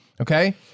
Okay